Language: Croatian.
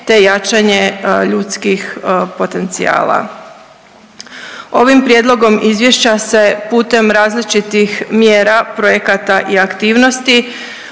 te jačanje ljudskih potencijala. Ovim prijedlogom izvješća se putem različitih mjera, projekata i aktivnosti